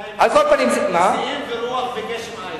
בינתיים זה "נשיאים ורוח וגשם אין".